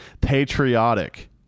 patriotic